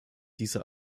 diese